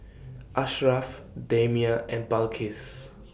Asharaff Damia and Balqis